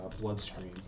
bloodstream